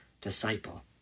disciple